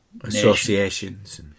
Associations